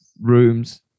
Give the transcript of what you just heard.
rooms